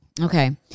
Okay